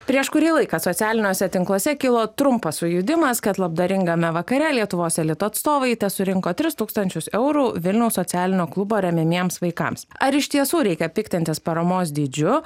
prieš kurį laiką socialiniuose tinkluose kilo trumpas sujudimas kad labdaringame vakare lietuvos elito atstovai tesurinko tris tūkstančius eurų vilniaus socialinio klubo remiamiems vaikams ar iš tiesų reikia piktintis paramos dydžiu